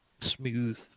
smooth